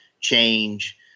change